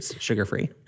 sugar-free